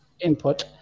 input